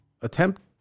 attempt